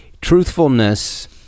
truthfulness